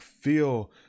Feel